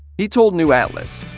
he told new atlas,